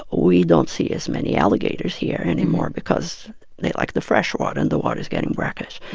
ah we don't see as many alligators here anymore because they like the freshwater. and the water is getting brackish.